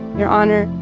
your honor.